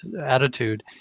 attitude